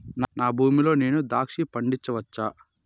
నా భూమి లో నేను ద్రాక్ష పండించవచ్చా?